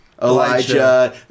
Elijah